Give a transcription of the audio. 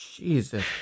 Jesus